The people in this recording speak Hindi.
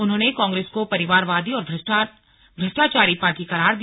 उन्होंने कांग्रेस को परिवारवादी और भ्रष्टाचारी पार्टी करार दिया